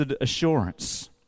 assurance